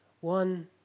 one